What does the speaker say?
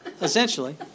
essentially